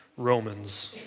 Romans